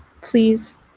Please